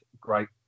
great